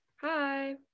hi